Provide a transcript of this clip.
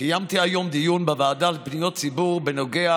קיימתי היום דיון בוועדה לפניות ציבור בנוגע